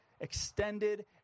extended